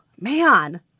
Man